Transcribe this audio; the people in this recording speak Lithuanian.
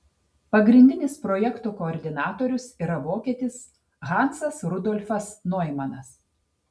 pagrindinis projekto koordinatorius yra vokietis hansas rudolfas noimanas